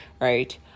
right